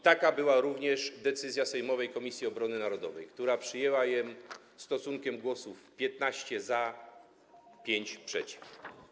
Taka była również decyzja sejmowej Komisji Obrony Narodowej podjęta stosunkiem głosów: 15 - za, 5 - przeciw.